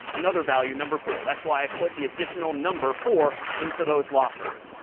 another value, number four. that's why i put the additional number four into those lockers.